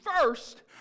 first